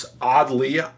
oddly